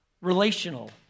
relational